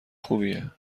خوبیه